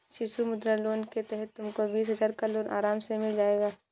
शिशु मुद्रा लोन के तहत तुमको बीस हजार का लोन आराम से मिल जाएगा